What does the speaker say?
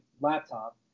laptop